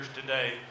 today